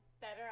better